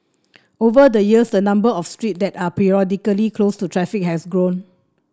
over the years the number of streets that are periodically closed to traffic has grown